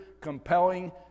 compelling